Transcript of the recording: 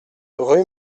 rue